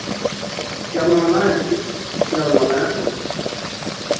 क्या बनवाना है क्या क्या बनवाना है आपको